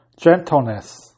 Gentleness